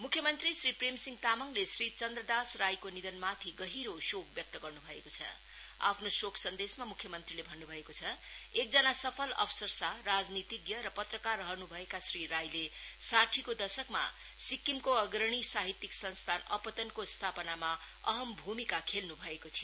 मुख्य मंत्री श्री प्रेमसिंह तामाङले सिडी राई नामले तोकप्रिय श्री चन्द्रदास राईको निधनमाथि गहिरो शोक व्यक्त गर्नु भएको छ आफ्नो शोक सन्देशमा मुख्य मंत्रीले भन्नु भएको छ एकजना सफल अफसरशाह राजनीतिज्ञ र पत्रकार रहनु भएका श्री राईले साठीको दसकमा सिक्किमको अग्रणी साहित्यीक संस्थान अपतनको स्थापनामा अहम भमिका खेल्नु भएको थियो